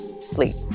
sleep